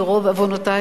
ברוב עוונותי,